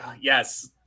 Yes